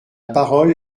parole